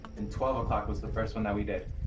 and twelve o'clock was the first one that we did.